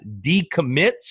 decommits